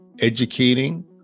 educating